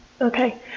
Okay